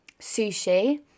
sushi